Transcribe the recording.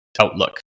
outlook